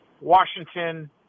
Washington